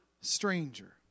stranger